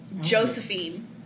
josephine